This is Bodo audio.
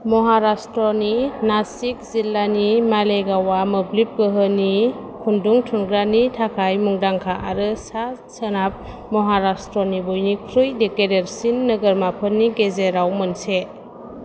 महाराष्ट्रनि नासिक जिल्लानि मालेगावा मोब्लिब गोहोनि खुन्दुं थुनग्रानि थाखाय मुंदांखा आरो सा सोनाब महाराष्ट्रनि बयनिख्रुइ देह गेदेरसिन नोगोरमाफोरनि गेजेराव मोनसे